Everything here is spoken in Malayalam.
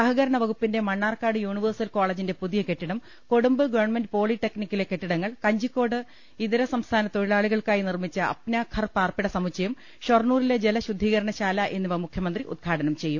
സഹകരണ വകുപ്പിന്റെ മണ്ണാർക്കാട് യൂണി വേഴ്സൽ കോളേജിന്റെ പുതിയ കെട്ടിടം കൊടുമ്പ് ഗവർണമെന്റ് പോ ളി ടെക്നിക്കിലെ കെട്ടിടങ്ങൾ കഞ്ചിക്കോട്ട് ഇതര സംസ്ഥാന തൊഴിലാ ളികൾക്കായി നിർമിച്ച അപ്നാഘർ പാർപ്പിട സമുച്ചയം ഷൊർണ്ണൂരിലെ ജലശുദ്ധീകരണ ശാല എന്നിവ മുഖ്യമന്ത്രി ഉദ്ഘാടനം ചെയ്യും